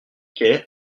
quai